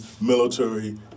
military